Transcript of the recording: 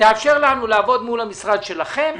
תאפשר לנו לעבוד מול המשרד שלכם,